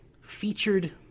featured